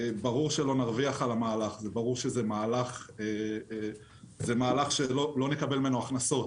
ברור שזה מהלך שלא נקבל ממנו הכנסות.